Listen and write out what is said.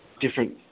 different